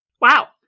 Wow